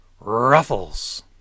Ruffles